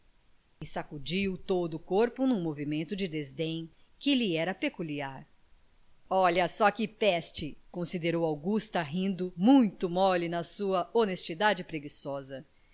e sacudiu todo o corpo num movimento de desdém que lhe era peculiar olha só que peste considerou augusta rindo muito mole na sua honestidade preguiçosa